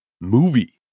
movie